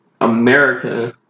America